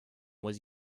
was